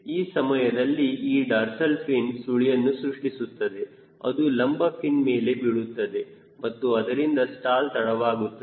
ಆ ಸಮಯದಲ್ಲಿ ಈ ಡಾರ್ಸಲ್ ಫಿನ್ ಸುಳಿಯನ್ನು ಸೃಷ್ಟಿಸುತ್ತದೆ ಅದು ಲಂಬ ಫಿನ್ ಮೇಲೆ ಬೀಳುತ್ತದೆ ಮತ್ತು ಅದರಿಂದ ಸ್ಟಾಲ್ ತಡವಾಗುತ್ತದೆ